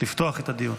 לפתוח את הדיון.